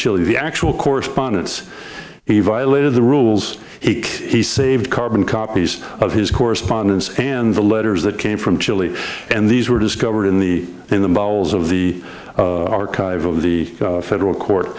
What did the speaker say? chile the actual correspondence he violated the rules he saved carbon copies of his correspondence and the letters that came from chile and these were discovered in the in the bowels of the archives of the federal court